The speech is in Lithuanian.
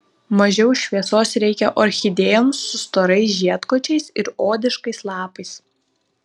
mažiau šviesos reikia orchidėjoms su storais žiedkočiais ir odiškais lapais